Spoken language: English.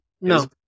No